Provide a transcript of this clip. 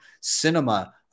Cinema